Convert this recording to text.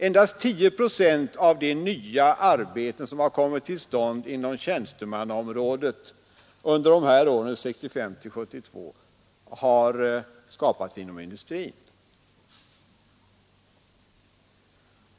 Endast 10 procent av de nya arbeten som kommit till stånd på tjänstemannaområdet under dessa år har skapats inom industrin.